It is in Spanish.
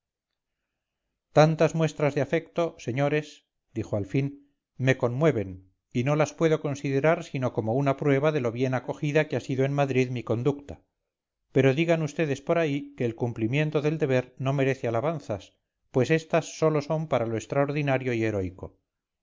tantas muestras de afecto señores dijo al fin me conmueven y no las puedo considerar sino como una prueba de lo bien acogidaque ha sido en madrid mi conducta pero digan ustedes por ahí que el cumplimiento del deber no merece alabanzas pues estas sólo son para lo extraordinario y heroico